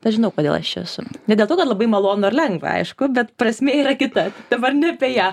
aš žinau kodėl aš čia esu ne dėl to kad labai malonu ar lengva aišku bet prasmė yra kita dabar ne apie ją